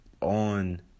on